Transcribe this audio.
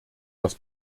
das